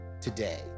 today